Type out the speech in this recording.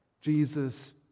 Jesus